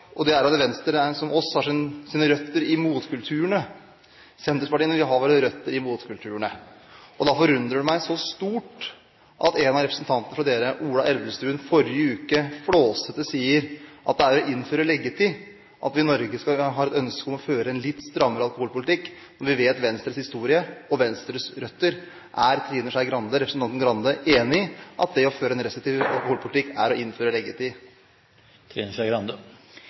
har et spørsmål til Venstre om en annen sak, og det gjelder at Venstre, som oss, har sine røtter i motkulturene. Senterpartiet har sine røtter i motkulturene. Da forundrer det meg stort at en av Venstres representanter, Ola Elvestuen, i forrige uke flåsete sa at det er å innføre leggetid når vi i Norge har et ønske om å føre en litt strammere alkoholpolitikk – når vi kjenner Venstres historie og Venstres røtter. Er representanten Trine Skei Grande enig i at det å føre en restriktig alkoholpolitikk er å innføre